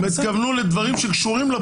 הם התכוונו לדברים שקשורים לבחירות.